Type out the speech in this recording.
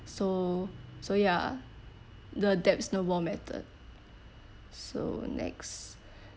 so so ya the debts snowball method so next